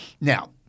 Now